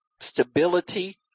stability